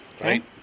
right